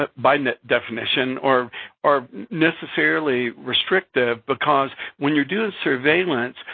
ah by definition, are are necessarily restrictive because, when you're doing surveillance,